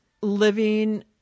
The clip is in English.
living